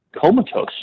comatose